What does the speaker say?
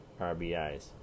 RBIs